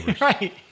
Right